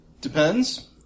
Depends